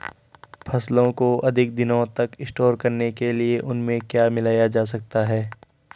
फसलों को अधिक दिनों तक स्टोर करने के लिए उनमें क्या मिलाया जा सकता है?